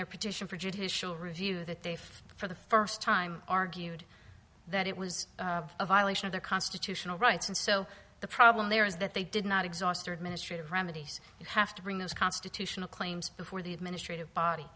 their petition for judicial review that they have for the first time argued that it was a violation of their constitutional rights and so the problem there is that they did not exhaust administrative remedies you have to bring those constitutional claims before the administrative body